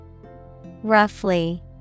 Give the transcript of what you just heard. Roughly